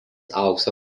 aukso